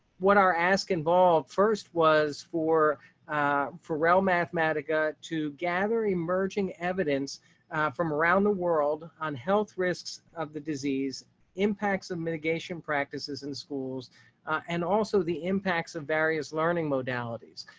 what are asked involved first was for for ral mathematica to gather emerging evidence from around the world on health risks of the disease impacts of mitigation practices in schools and also the impacts of various learning modalities.